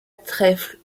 trèfle